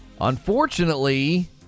Unfortunately